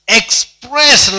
express